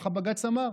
ככה בג"ץ אמר.